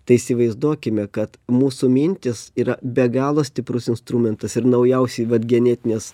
tai įsivaizduokime kad mūsų mintys yra be galo stiprus instrumentas ir naujausi vat genetinės